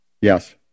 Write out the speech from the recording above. Yes